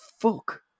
fuck